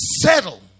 settle